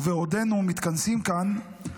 ובעודנו מתכנסים כאן,